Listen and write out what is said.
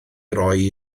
roi